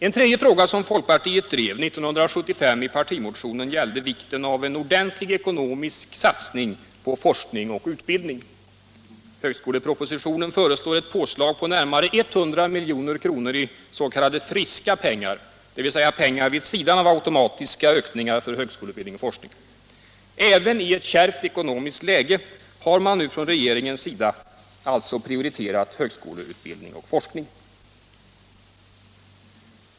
En tredje fråga som folkpartiet drev i partimotionen år 1975 gällde vikten av en ordentlig ekonomisk satsning på forskning och utbildning. Högskolepropositionen föreslår ett påslag på närmare 100 milj.kr. i s.k. friska pengar, dvs. pengar vid sidan av automatiska ökningar, för högskoleutbildning och forskning. Även i ett kärvt ekonomiskt läge har man nu från regeringens sida prioriterat högskoleutbildning och forskning.